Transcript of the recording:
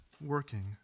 working